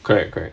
correct correct